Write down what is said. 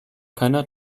keiner